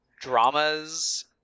dramas